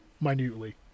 minutely